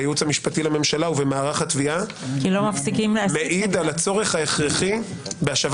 בייעוץ המשפטי לממשלה ובמערך התביעה -- כי לא מפסיקים להסית נגדה.